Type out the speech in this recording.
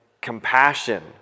compassion